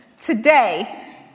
Today